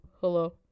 Hello